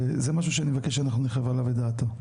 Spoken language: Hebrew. וזה משהו שאני מבקש שאנחנו ניתן עליו את דעתו,